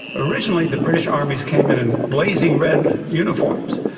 originally the british armies came in in blazing red uniforms,